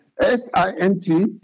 S-I-N-T